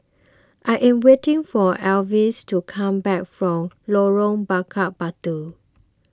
I am waiting for Alvis to come back from Lorong Bakar Batu